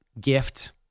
gift